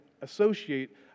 associate